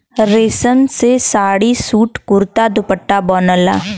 रेशम से साड़ी, सूट, कुरता, दुपट्टा बनला